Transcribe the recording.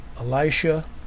Elisha